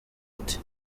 ati